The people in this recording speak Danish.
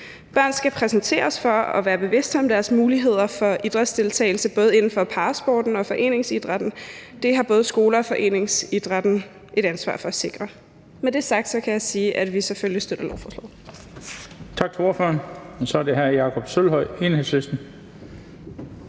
Børn skal præsenteres for og være bevidste om deres muligheder for idrætsdeltagelse, både inden for parasporten og foreningsidrætten. Det har både skoler og foreningsidrætten et ansvar for at sikre. Med det kan jeg sige, at vi selvfølgelig støtter lovforslaget. Kl. 13:25 Den fg. formand (Bent Bøgsted): Tak til ordføreren. Så er det hr. Jakob Sølvhøj, Enhedslisten.